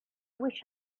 wished